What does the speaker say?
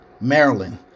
Maryland